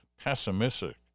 pessimistic